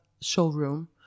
showroom